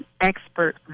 expert